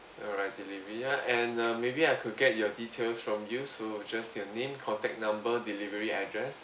alright delivery ya and uh maybe I could get your details from you so just your name contact number delivery address